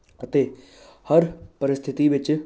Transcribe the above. ਅਤੇ ਹਰ ਪਰਿਸਥਿਤੀ ਵਿੱਚ